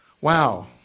wow